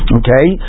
okay